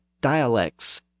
dialects